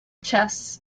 chess